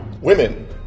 women